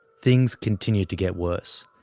things continued to get worse.